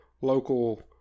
local